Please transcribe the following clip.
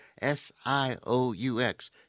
S-I-O-U-X